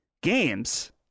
games